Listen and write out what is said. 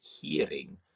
hearing